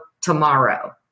tomorrow